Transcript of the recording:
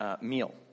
meal